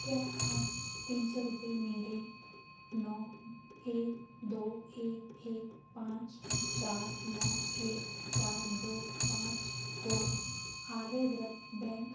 क्या आप तीन सौ रूपये मेरे नौ एक दो एक एक पाँच चार नौ एक चार दो पाँच को आर्यावर्त बैंक